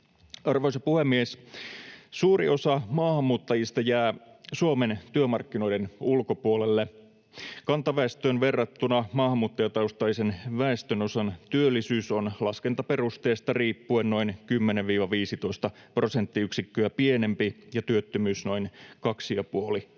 Arvoisa puhemies! Suuri osa maahanmuuttajista jää Suomen työmarkkinoiden ulkopuolelle. Kantaväestöön verrattuna maahanmuuttajataustaisen väestönosan työllisyys on laskentaperusteesta riippuen noin 10—15 prosenttiyksikköä pienempi ja työttömyys noin kaksi